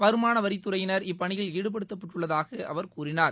வருமானவரித்துறையினர் இப்பணியில் ஈடுபடுத்தப்பட்டுள்ளதாக அவர் கூறினார்